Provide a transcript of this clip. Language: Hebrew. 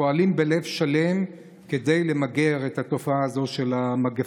ופועלים בלב שלם כדי למגר את התופעה הזו של המגפה.